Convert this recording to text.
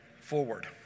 forward